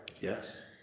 Yes